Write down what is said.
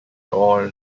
all